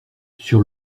sur